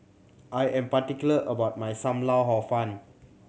I am particular about my Sam Lau Hor Fun